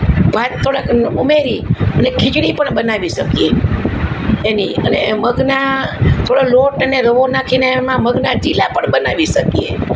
ભાત થોડાક ઉમેરી અને ખીચડી પણ બનાવી શકીએ એની અને મગના થોડા લોટ અને રવો નાખીને એમાં મગના ચીલા પણ બનાવી શકીએ